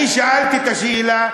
אני שאלתי את השאלה,